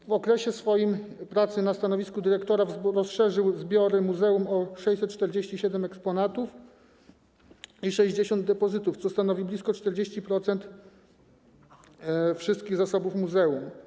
W okresie swojej pracy na stanowisku dyrektora rozszerzył zbiory muzeum o 647 eksponatów i 60 depozytów, co stanowi blisko 40% wszystkich zasobów muzeum.